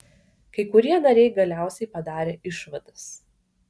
kai kurie nariai galiausiai padarė išvadas